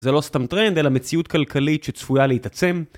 זה לא סתם טרנד, אלא מציאות כלכלית שצפויה להתעצם.